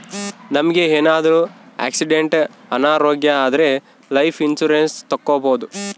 ನಮ್ಗೆ ಏನಾದ್ರೂ ಆಕ್ಸಿಡೆಂಟ್ ಅನಾರೋಗ್ಯ ಆದ್ರೆ ಲೈಫ್ ಇನ್ಸೂರೆನ್ಸ್ ತಕ್ಕೊಬೋದು